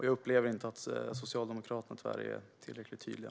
Jag upplever tyvärr inte att Socialdemokraterna är tillräckligt tydliga.